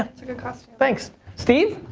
it's a good costume. thanks. steve?